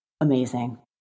amazing